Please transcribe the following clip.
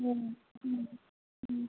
उम उम उम